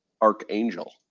Archangel